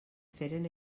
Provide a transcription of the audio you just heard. feren